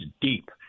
deep